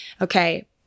okay